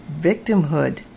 Victimhood